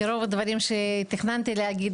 כי רוב הדברים שתכננתי להגיד,